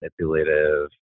manipulative